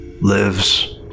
lives